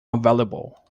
available